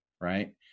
right